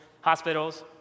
hospitals